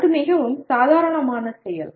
அது மிகவும் சாதாரணமான செயல்